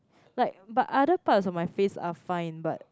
like but other parts of my face are fine but